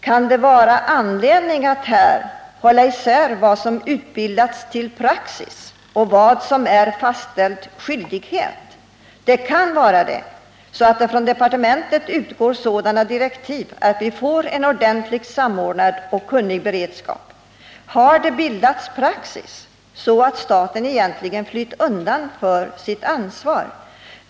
Kan det vara anledning att här hålla isär vad som utbildats till praxis och vad som är fastställd skyldighet? Det finns anledning därtill, så att det från departementet utgår sådana direktiv att vi får en ordentligt samordnad, kunnig beredskap. Har det utbildats en praxis, så att staten egentligen flytt undan sitt ansvar?